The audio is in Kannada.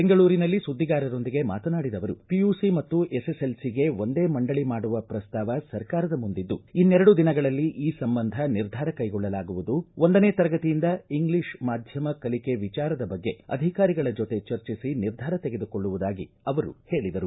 ಬೆಂಗಳೂರಿನಲ್ಲಿ ಸುದ್ದಿಗಾರರೊಂದಿಗೆ ಮಾತನಾಡಿದ ಅವರು ಪಿಯುಸಿ ಮತ್ತು ಎಸ್ಸೆಸೆಲ್ಲಿಗೆ ಒಂದೇ ಮಂಡಳಿ ಮಾಡುವ ಪ್ರಸ್ತಾವ ಸರ್ಕಾರದ ಮುಂದಿದ್ದು ಇನ್ನೆರಡು ದಿನಗಳಲ್ಲಿ ಈ ಸಂಬಂಧ ನಿರ್ಧಾರ ಕೈಗೊಳ್ಳಲಾಗುವುದು ಒಂದನೇ ತರಗತಿಯಿಂದ ಇಂಗ್ಲಿಷ್ ಮಾಧ್ಯಮ ಕಲಿಕೆ ವಿಚಾರದ ಬಗ್ಗೆ ಅಧಿಕಾರಿಗಳ ಜೊತೆ ಚರ್ಚಿಸಿ ನಿರ್ಧಾರ ತೆಗೆದುಕೊಳ್ಳುವುದಾಗಿ ಅವರು ಹೇಳಿದರು